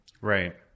Right